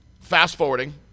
fast-forwarding